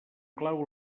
clau